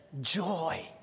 joy